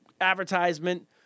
advertisement